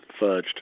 fudged